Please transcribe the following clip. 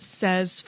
says